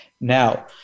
Now